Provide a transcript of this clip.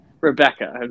Rebecca